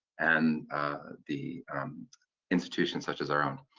and the institutions such as our own.